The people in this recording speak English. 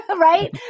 right